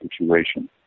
situation